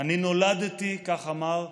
"אני נולדתי", כך אמר,